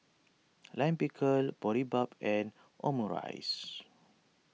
Lime Pickle Boribap and Omurice